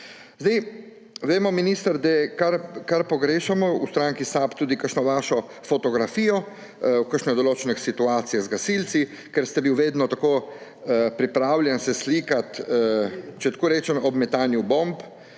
Gospod minister, kar pogrešamo v stranki SAB, je tudi kakšna vaša fotografija v kakšnih določenih situacijah z gasilci, ker ste se bili vedno tako pripravljeni slikati, če tako rečem, ob metanju bomb